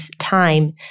time